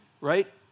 right